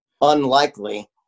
unlikely